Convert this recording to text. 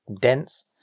dense